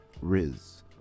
Riz